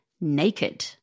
naked